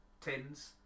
tins